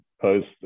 post